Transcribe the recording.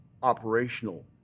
Operational